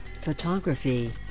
photography